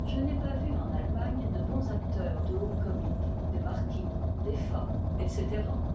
je n'ai pas vu en allemagne de bons acteurs du haut comique des marquis des fats etc